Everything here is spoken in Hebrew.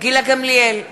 גילה גמליאל,